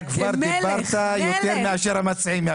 פינדרוס, אתה כבר דיברת יותר מהמציעים.